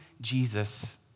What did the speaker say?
Jesus